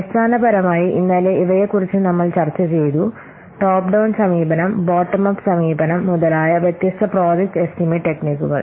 അടിസ്ഥാനപരമായി ഇന്നലെ ഇവയെക്കുറിച്ച് നമ്മൾ ചർച്ച ചെയ്തു ടോപ്പ് ഡൌൺ സമീപനം ബോട്ടം അപ്പ് സമീപനം മുതലായ വ്യത്യസ്ത പ്രോജക്റ്റ് എസ്റ്റിമേറ്റ് ടെക്നിക്കുകൾ